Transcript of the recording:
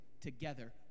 together